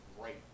great